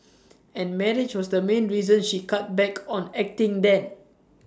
and marriage was the main reason she cut back on acting then